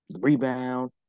rebound